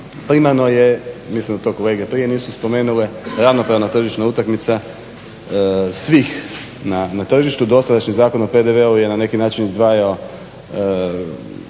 Primljeno je mislim da to kolege prije nisu spomenule ravnopravna tržišna utakmica svih na tržištu. Dosadašnji zakon o PDV-u je na neki način izdvajao